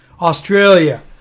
Australia